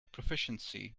proficiency